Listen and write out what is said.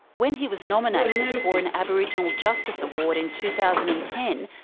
when he was nominated for an aboriginal justice award in two thousand and ten,